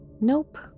Nope